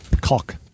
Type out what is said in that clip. Cock